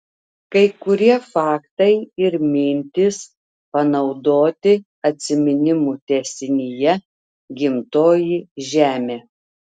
kai kurie faktai ir mintys panaudoti atsiminimų tęsinyje gimtoji žemė